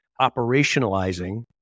operationalizing